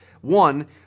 one